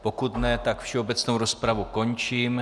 Pokud ne, tak všeobecnou rozpravu končím.